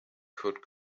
could